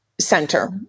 center